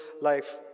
life